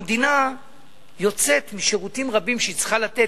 המדינה יוצאת משירותים רבים שהיא צריכה לתת,